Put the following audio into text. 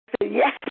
yes